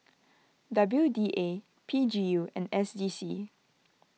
W D A P G U and S D C